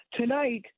tonight